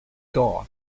door